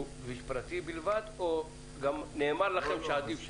כביש פרטי בלבד או שגם נאמר לכם שעדיף שלא?